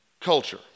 culture